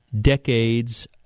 decades